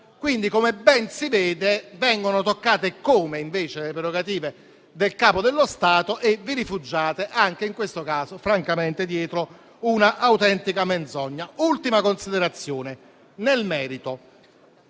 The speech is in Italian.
Quindi - come ben si vede - vengono toccate eccome le prerogative del Capo dello Stato e vi rifugiate, anche in questo caso, francamente dietro una autentica menzogna. Aggiungo un'ultima considerazione nel merito: